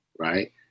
right